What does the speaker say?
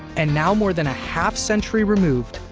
and now, more than a half-century removed,